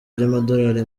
by’amadolari